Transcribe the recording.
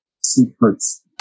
secrets